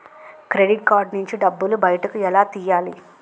Credit card నుంచి డబ్బు బయటకు ఎలా తెయ్యలి?